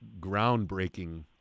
groundbreaking